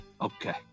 Okay